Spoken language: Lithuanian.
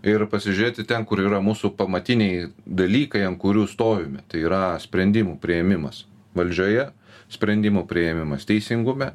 ir pasižiūrėti ten kur yra mūsų pamatiniai dalykai ant kurių stovime tai yra sprendimų priėmimas valdžioje sprendimų priėmimas teisingume